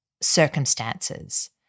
circumstances